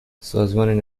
سازمان